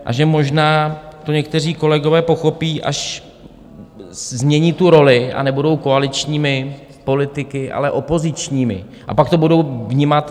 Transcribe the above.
A že možná to někteří kolegové pochopí, až změní tu roli a nebudou koaličními politiky, ale opozičními, a pak tu budou vnímat senzitivněji.